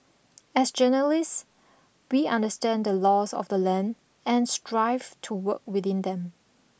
as journalists we understand the laws of the land and strive to work within them